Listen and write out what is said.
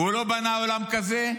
הוא לא בנה עולם כזה,